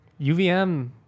UVM